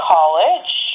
College